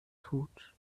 tut